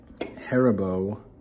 Haribo